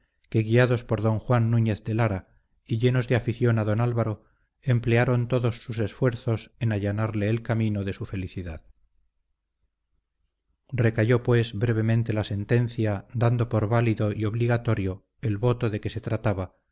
que guiados por don juan núñez de lara y llenos de afición a don álvaro emplearon todos sus esfuerzos en allanarle el camino de su felicidad recayó pues brevemente la sentencia dando por válido y obligatorio el voto de que se trataba